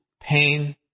pain